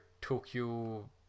Tokyo